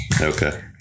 Okay